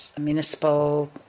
municipal